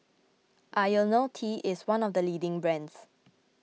Ionil T is one of the leading brands